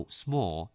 small